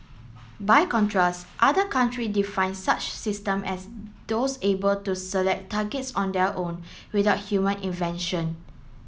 by contrast other country define such system as those able to select targets on their own without human invention